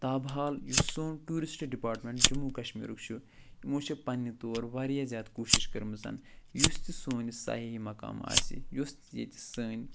تابہ حال یُس سون ٹوٗرِسٹ ڈِپاٹمنٛٹ جموں کَشمیٖرُک چھُ یِمَو چھِ پَنٛنہِ طور واریاہ زیادٕ کوٗشِش کٔرٕمٕژَن یُس تہِ سون یہِ سیاحی مقام آسہِ یُس تہِ ییٚتہِ سٲنۍ